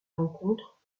rencontre